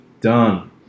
done